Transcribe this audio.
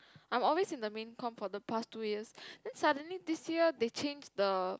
I'm always in the main comm for the past two years then suddenly this year they change the